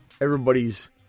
Everybody's